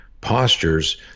postures